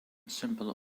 simple